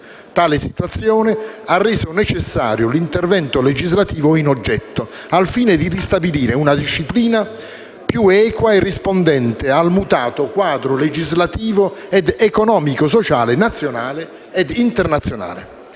Tale situazione ha reso necessario l'intervento legislativo in oggetto, al fine di ristabilire una disciplina più equa e rispondente al mutato quadro legislativo ed economico-sociale nazionale e internazionale.